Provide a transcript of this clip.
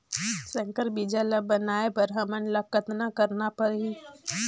संकर बीजा ल बनाय बर हमन ल कतना करना परही?